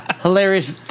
hilarious